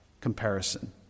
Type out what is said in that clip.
comparison